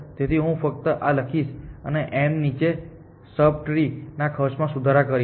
તેથી હું ફક્ત આ લખીશ અને m ની નીચે સબ ટ્રી ના ખર્ચમાં સુધારા કરીશ